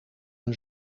een